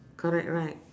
correct right